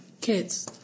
kids